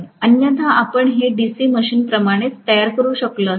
अन्यथा आपण हे डीसी मशीन प्रमाणेच तयार करू शकलो असतो